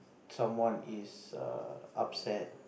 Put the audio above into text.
someone is err upset